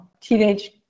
teenage